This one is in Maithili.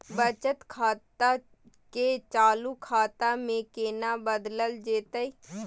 बचत खाता के चालू खाता में केना बदलल जेतै?